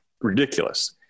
ridiculous